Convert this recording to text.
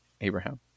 Abraham